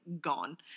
gone